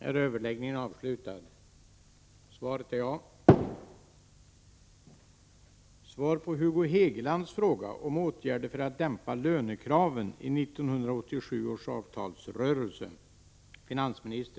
Förbereder regeringen någon åtgärd av liknande slag i syfte att försöka dämpa lönekraven i 1987 års avtalsrörelse?